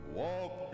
walk